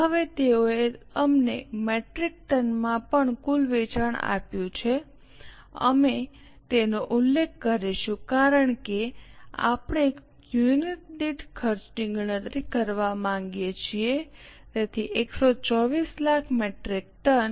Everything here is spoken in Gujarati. હવે તેઓએ અમને મેટ્રિક ટનમાં પણ કુલ વેચાણ આપ્યું છે અમે તેનો ઉલ્લેખ કરીશું કારણ કે આપણે યુનિટ દીઠ ખર્ચની ગણતરી કરવા માંગીએ છીએ તેથી 124 લાખ મેટ્રિક ટન